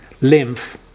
lymph